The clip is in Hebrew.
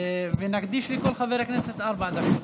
נקדיש לכל חבר כנסת ארבע דקות.